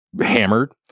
hammered